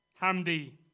Hamdi